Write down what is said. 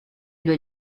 due